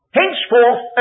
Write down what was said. henceforth